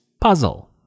Puzzle